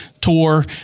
tour